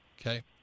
Okay